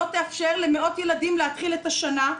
לא תאפשר למאות ילדים להתחיל את השנה,